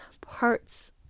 parts